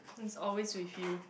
it's always with you